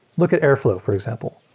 look at airflow, for example,